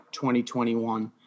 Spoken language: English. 2021